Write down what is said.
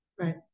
Right